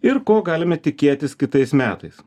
ir ko galime tikėtis kitais metais